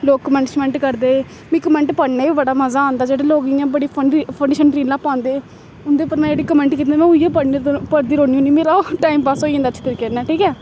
लोक कमैंट शमैंट करदे मिगी कमैंट पढ़ने गी बी बड़ा मजा आंदा जेह्ड़े लोक इ'यां बड़े फंडी शंड रीलां पांदे उ'दे उप्पर में जेह्ड़ी कमैंट कीते में उ'नेंगी पढ़ पढ़दी रौह्न्नी होन्नी मेरा ओह् टाइम पास होई जंदा अच्छे तरीके कन्नै ठीक ऐ